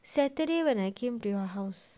saturday when I came to your house